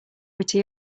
pretty